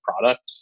product